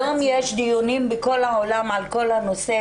היום יש דיונים בכל העולם על כל הנושא